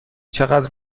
چقدر